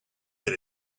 that